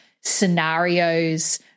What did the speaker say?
scenarios